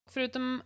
Förutom